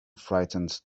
frightened